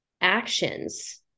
actions